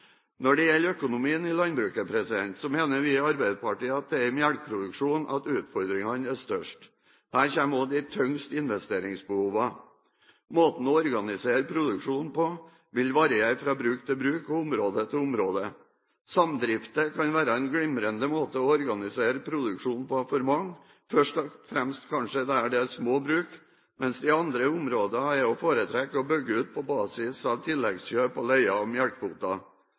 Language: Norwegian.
Når det gjelder økonomien i landbruket, mener vi i Arbeiderpartiet at det er i melkeproduksjonen at utfordringene er størst. Her kommer også de tyngste investeringsbehovene. Måten å organisere produksjonen på vil variere fra bruk til bruk og fra område til område. Samdrifter kan være en glimrende måte å organisere produksjonen på for mange, først og fremst kanskje der det er små bruk, mens det i andre områder er å foretrekke å bygge ut på basis av tilleggskjøp og leie